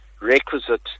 requisite